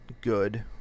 good